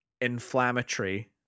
Inflammatory